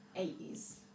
80s